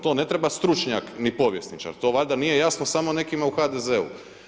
To ne treba stručnjak ni povjesničar, to valjda nije jasno samo nekima u HDZ-u.